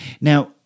Now